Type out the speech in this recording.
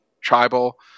tribal